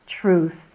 truth